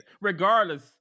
regardless